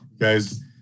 guys